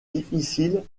difficile